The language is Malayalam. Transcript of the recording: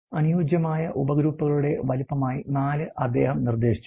അനുയോജ്യമായ ഉപഗ്രൂപ്പുകളുടെ വലുപ്പമായി 4 അദ്ദേഹം നിർദ്ദേശിച്ചു